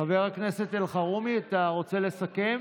חבר הכנסת אלחרומי, אתה רוצה לסכם?